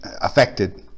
affected